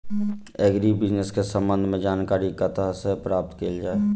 Agri business केँ संबंध मे जानकारी कतह सऽ प्राप्त कैल जाए?